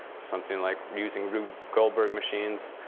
something like using rube golberg machines,